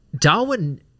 darwin